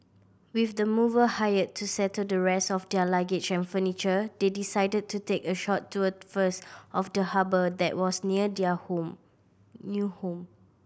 with the mover hired to settle the rest of their luggage and furniture they decided to take a short tour first of the harbour that was near their home new home